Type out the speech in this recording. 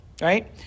right